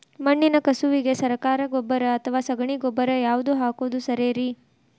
ಮಣ್ಣಿನ ಕಸುವಿಗೆ ಸರಕಾರಿ ಗೊಬ್ಬರ ಅಥವಾ ಸಗಣಿ ಗೊಬ್ಬರ ಯಾವ್ದು ಹಾಕೋದು ಸರೇರಿ?